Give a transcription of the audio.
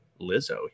Lizzo